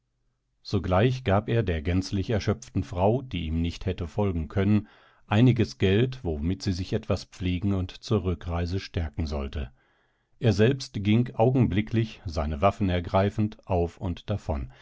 sogleich gab er der gänzlich erschöpften frau die ihm nicht hätte folgen können einiges geld womit sie sich etwas pflegen und zur rückreise stärken sollte er selbst ging augenblicklich seine waffen ergreifend auf und davon